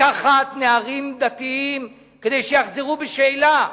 לקחת נערים דתיים כדי שיחזרו בשאלה.